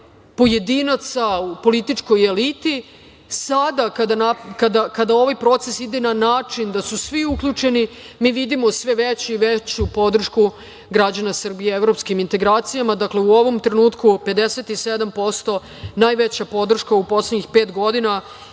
pojedinaca u političkoj eliti. Sada kada ovaj proces ide na način da su svi uključeni, mi vidimo sve veću i veću podršku građana Srbije evropskim integracijama. Dakle, u ovom trenutku 57%, najveća podrška u poslednjih pet godina